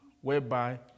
whereby